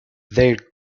their